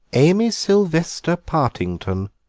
amy sylvester partinglon,